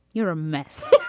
you're a mess